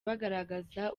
bagaragaza